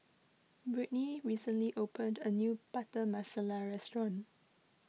Brittni recently opened a new Butter Masala restaurant